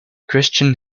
christian